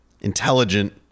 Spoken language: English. intelligent